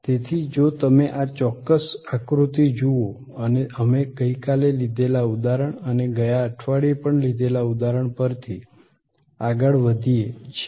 તેથી જો તમે આ ચોક્કસ આકૃતિ જુઓ અને અમે ગઈકાલે લીધેલા ઉદાહરણ અને ગયા અઠવાડિયે પણ લીધેલા ઉદાહરણ પરથી આગળ વધીએ છીએ